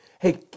Hey